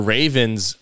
Ravens